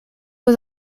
was